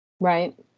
right